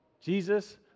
Jesus